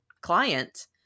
client